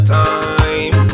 time